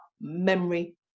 memory